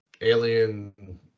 alien